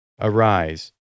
Arise